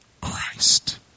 Christ